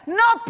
no